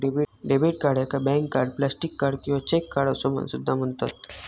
debit card याका bank card, plastic card किंवा cheque card असो सुद्धा म्हणतत